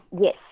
yes